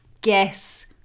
guess